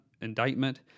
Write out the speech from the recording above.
Indictment